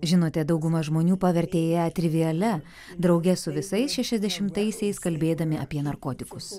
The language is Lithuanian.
žinote dauguma žmonių pavertė ją trivialia drauge su visais šešiasdešimtaisiais kalbėdami apie narkotikus